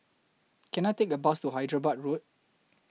Can I Take A Bus to Hyderabad Road